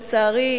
לצערי,